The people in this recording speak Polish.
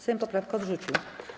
Sejm poprawkę odrzucił.